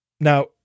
Now